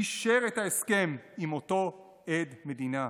אישר את ההסכם עם אותו עד מדינה.